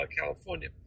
California